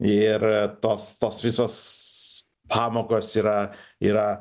ir tos tos visos pamokos yra yra